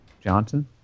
Johnson